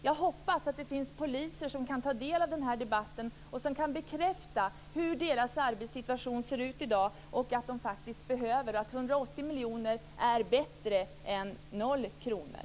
Jag hoppas att det finns poliser som kan ta del av den här debatten och som kan bekräfta hur deras arbetssituation ser ut i dag och att de faktiskt behöver resurser. Då är 180 miljoner bättre än noll kronor.